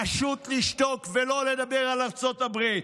פשוט לשתוק ולא לדבר על ארצות הברית.